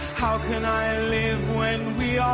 how can i live when we are